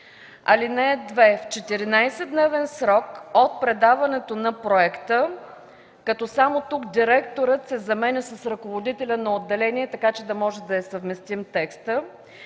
„(2) В 14-дневен срок от предаването на проекта – като само тук „директорът” се заменя с „ръководителят” на отделение, така че да може да е съвместим текстът